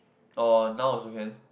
oh now also can